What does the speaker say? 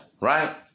Right